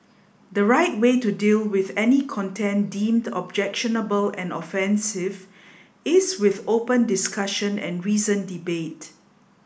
the right way to deal with any content deemed objectionable and offensive is with open discussion and reasoned debate